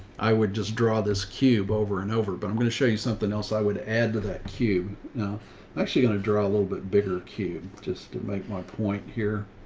i would just draw this cube over and over, but i'm going to show you something else i would add to that cube. i'm actually going to draw a little bit bigger cube just to make my point here.